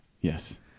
yes